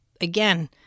again